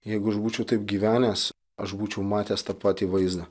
jeigu aš būčiau taip gyvenęs aš būčiau matęs tą patį vaizdą